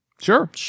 sure